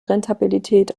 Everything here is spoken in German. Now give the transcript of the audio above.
rentabilität